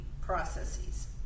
processes